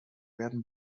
werden